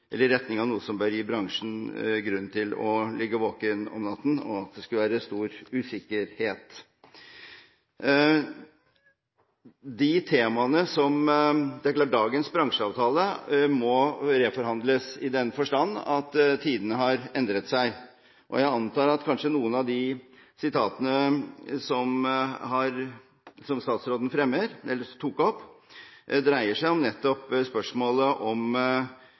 eller den faktiske politikk vi har ført gjennom mange år, må kunne si at vi borger for en konsistens når det gjelder vår litteraturpolitikk. Jeg vanskelig kan skjønne at vi gjennom det standpunktet vi har nå, gir signaler i retning av noe som bør gi bransjen grunn til å ligge våken om natten, og at det skulle være stor usikkerhet. Det er klart at dagens bransjeavtale må reforhandles, i den forstand at tidene har